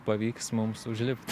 pavyks mums užlipt